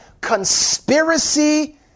conspiracy